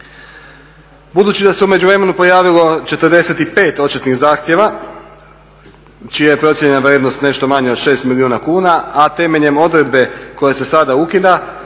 Budući da se u međuvremenu pojavilo 45 odštetnih zahtjeva čija je procijenjena vrijednost nešto manja od 6 milijuna kuna a temeljem odredbe koja se sada ukida